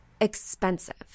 expensive